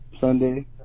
Sunday